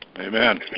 Amen